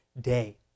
day